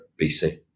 BC